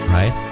Right